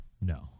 No